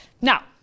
Now